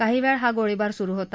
काही वेळ हा गोळीबार सुरू होता